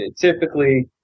typically